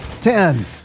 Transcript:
Ten